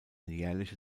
jährliche